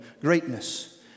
greatness